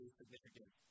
significant